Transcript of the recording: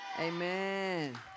amen